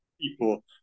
people